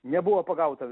nebuvo pagauta